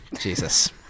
Jesus